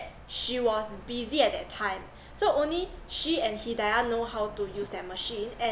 she was busy at that time so only she and hidayah know how to use the machine and